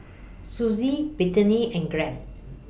Susie Brittny and Glen